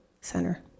Center